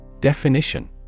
Definition